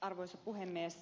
arvoisa puhemies